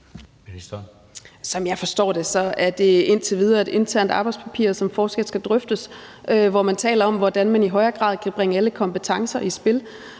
Som jeg forstår det, er det indtil videre et internt arbejdspapir, som fortsat skal drøftes, og hvor man taler om, hvordan man i højere grad kan bringe alle kompetencer i spil.